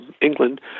England